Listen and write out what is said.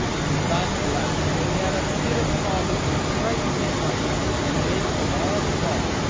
and diamond laughed till he had a fit of coughing which frightened his mother, and made them all stop.